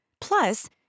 Plus